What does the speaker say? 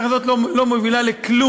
הדרך הזאת לא מובילה לכלום,